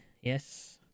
Yes